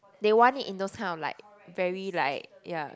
they want it in those time like very like ya